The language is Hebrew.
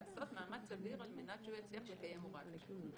לעשות מאמץ סביר על מנת שהוא יצליח לקיים הוראת תשלום.